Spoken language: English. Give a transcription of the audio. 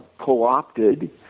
co-opted